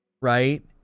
right